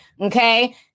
Okay